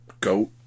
goat